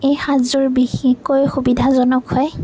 এই সাজযোৰ বিশেষকৈ সুবিধাজনক হয়